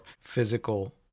physical